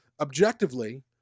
objectively